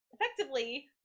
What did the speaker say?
effectively